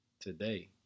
Today